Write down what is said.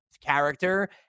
character